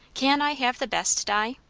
can i have the best, di?